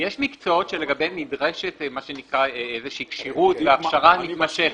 יש מקצועות שלגביהם נדרשת כשירות להכשרה מתמשכת.